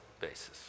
basis